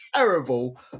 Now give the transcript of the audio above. terrible